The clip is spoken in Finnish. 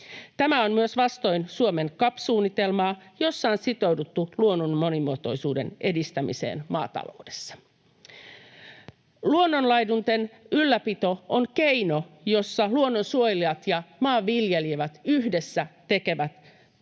Tämä on myös vastoin Suomen CAP-suunnitelmaa, jossa on sitouduttu luonnon monimuotoisuuden edistämiseen maataloudessa. Luonnonlaidunten ylläpito on keino, jolla luonnonsuojelijat ja maanviljelijät yhdessä tekevät parempaa